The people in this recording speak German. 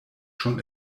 schon